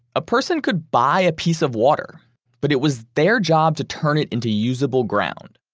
a person could buy a piece of water but it was their job to turn it into usable ground.